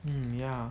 mm ya